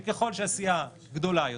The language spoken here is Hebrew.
ההיגיון הוא שככל שהסיעה גדולה יותר,